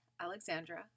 Alexandra